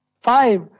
five